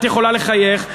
את יכולה לחייך,